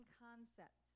concept